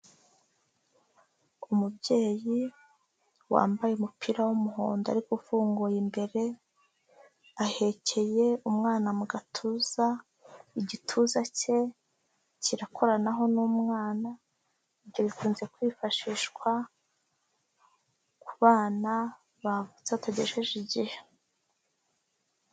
Umubyeyi wambaye umupira w'umuhondo ariko ufunguye imbere, ahekeye umwana mu gatuza, igituza cye kirakoranaho n'umwana, ibyo bikunze kwifashishwa kubana bavutse batagejeje igihe.